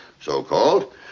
so-called